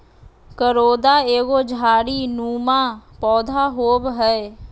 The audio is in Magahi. करोंदा एगो झाड़ी नुमा पौधा होव हय